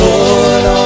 Lord